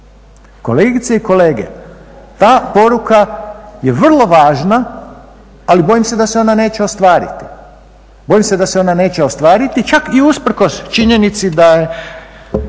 Kolegice i kolege ta poruka je vrlo važna, ali bojim se da se ona neće ostvariti, bojim se da se ona neće ostvariti čak i usprkos činjenici da